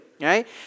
right